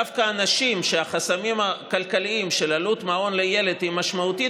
דווקא הנשים שהחסמים הכלכליים של עלות מעון לילד היא משמעותית